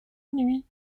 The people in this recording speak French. nuit